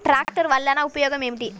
ట్రాక్టర్లు వల్లన ఉపయోగం ఏమిటీ?